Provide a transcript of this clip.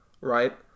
right